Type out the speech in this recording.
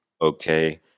okay